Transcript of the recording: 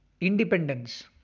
independence